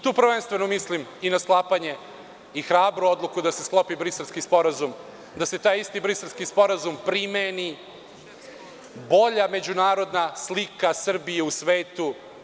Tu prvenstveno mislim i na sklapanje i hrabru odluku da se sklopi Briselski sporazum, da se taj isti Briselski sporazum primeni; bolja međunarodna slika Srbije u svetu.